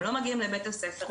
הם לא מגיעים לבית הספר,